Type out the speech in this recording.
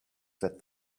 said